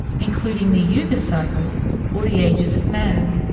including the yuga cycle or the ages of man.